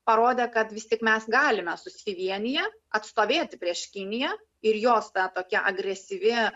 parodė kad vis tik mes galime susivieniję atstovėti prieš kiniją ir jos tokia agresyvi